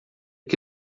que